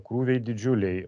krūviai didžiuliai